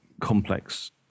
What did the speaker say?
complex